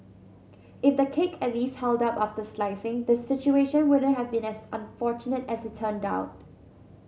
if the cake at least held up after slicing the situation wouldn't have been as unfortunate as it turned out